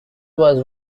was